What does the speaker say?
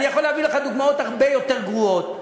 אני יכול להביא לך דוגמאות הרבה יותר גרועות,